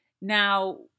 Now